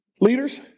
leaders